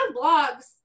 blogs